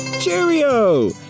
cheerio